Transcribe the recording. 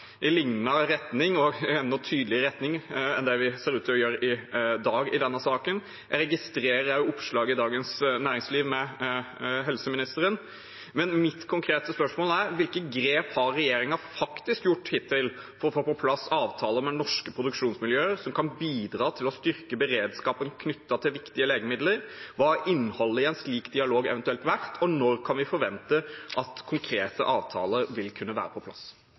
i lignende retning, og i enda tydeligere retning enn det vi ser ut til å gjøre i dag i denne saken. Jeg registrerer oppslaget med næringsministeren i Dagens Næringsliv. Men mitt konkrete spørsmål er: Hvilke grep har regjeringen faktisk gjort hittil for å få på plass avtaler med norske produksjonsmiljøer som kan bidra til å styrke beredskapen knyttet til viktige legemidler, hva har innholdet i en slik dialog eventuelt vært, og når kan vi forvente at konkrete avtaler vil kunne være på plass?